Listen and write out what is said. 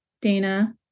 Dana